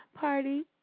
party